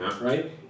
right